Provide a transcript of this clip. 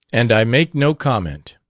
and i make no comment.